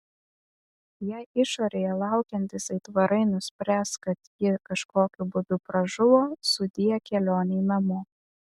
jei išorėje laukiantys aitvarai nuspręs kad ji kažkokiu būdu pražuvo sudie kelionei namo